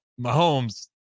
Mahomes